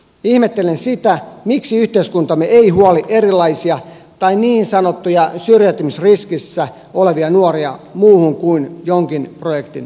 ihmettelen sitä miksi yhteiskuntamme ei huoli erilaisia tai niin sanottuja syrjäytymisriskissä olevia nuoria muuhun kuin jonkin projektin asiakkaaksi